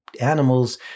animals